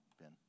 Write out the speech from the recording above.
Ben